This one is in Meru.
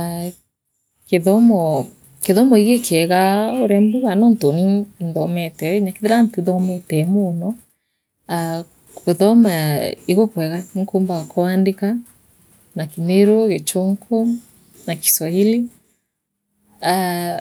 Aa aa kithomo igikiega uria mbuga nontu nii in inthomete oonakethira ntithomete moono aa kuthoma ee ii kakwega inkumba kwaandika na kimiru gichunkuna Kiswahili aah